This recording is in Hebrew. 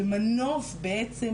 כמנוף בעצם